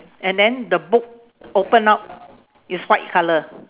and then the book open up is white colour